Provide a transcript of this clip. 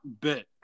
bit